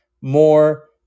more